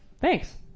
Thanks